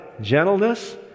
Gentleness